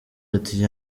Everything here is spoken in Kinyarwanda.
ati